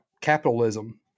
capitalism